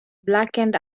blackened